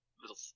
little